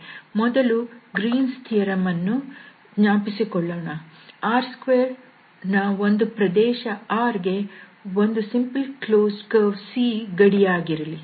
ಮೊದಲು Green's theorem Green's Theoremಅನ್ನು ಜ್ಞಾಪಿಸಿಕೊಳ್ಳೋಣ R2ನ ಒಂದು ಪ್ರದೇಶ R ಗೆ ಒಂದು ಸಿಂಪಲ್ ಕ್ಲೋಸ್ಡ್ ಕರ್ವ್ C ಗಡಿರೇಖೆಯಾಗಿರಲಿ